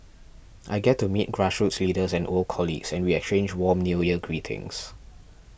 I get to meet grassroots leaders and old colleagues and we exchange warm New Year greetings